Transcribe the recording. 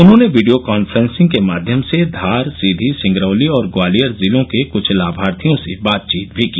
उन्होंने video conferencing के माध्यम से धार सीधी सिंगरौली और ग्वालियर जिलों के कुछ लाभार्थियों से बातचीत भी की